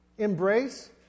Embrace